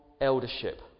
eldership